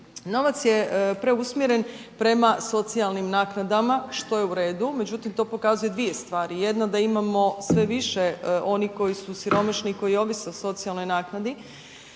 Novac je preusmjeren prema socijalnim naknadama, što je uredu, međutim to pokazuje dvije stvari. Jedna da imamo sve više onih koji su siromašni i koji ovise o socijalnoj naknadi,